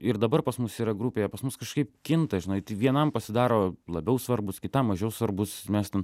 ir dabar pas mus yra grupėje pas mus kažkaip kinta žinai tai vienam pasidaro labiau svarbūs kitam mažiau svarbūs mes ten